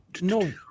no